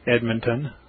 Edmonton